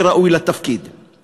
שראוי לתפקיד נגיד בנק ישראל.